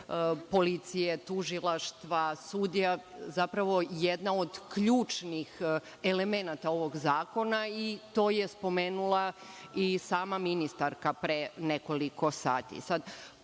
policije, tužilaštva, sudija, zapravo jedan od ključnih elemenata ovog zakona. To je spomenula i sama ministarka, pre nekoliko